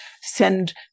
send